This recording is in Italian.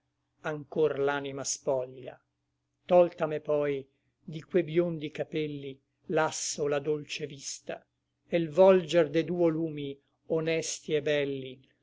anchor l'anima spoglia tolta m'è poi di que biondi capelli lasso la dolce vista e l volger de duo lumi honesti et belli